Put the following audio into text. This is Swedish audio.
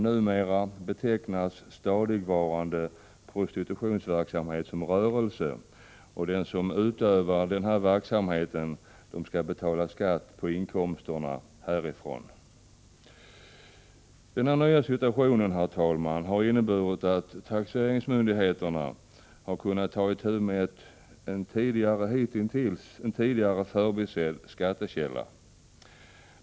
Numera betecknas stadigva rande prostitutionsverksamhet som rörelse, och den som utövar denna verksamhet skall betala skatt på inkomsterna härifrån. Denna nya situation, herr talman, har inneburit att taxeringsmyndigheterna har kunnat ta itu med en tidigare förbisedd skattekälla.